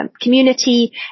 community